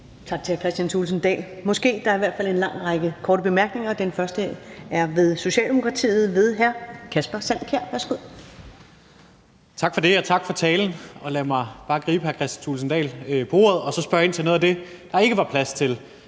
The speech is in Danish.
Tak til hr. Kristian Thulesen Dahl. Måske – der i hvert fald en lang række korte bemærkninger. Den første er fra Socialdemokratiet ved hr. Kasper Sand Kjær. Værsgo. Kl. 11:48 Kasper Sand Kjær (S): Tak for det og tak for talen. Lad mig bare tage hr. Kristian Thulesen Dahl på ordet og spørge ind til noget af det, der ikke var plads til